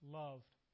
loved